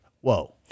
whoa